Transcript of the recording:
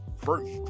First